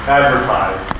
advertise